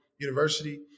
University